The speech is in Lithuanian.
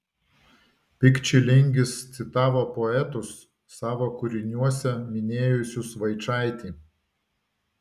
pikčilingis citavo poetus savo kūriniuose minėjusius vaičaitį